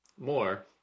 more